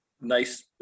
Nice